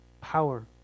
power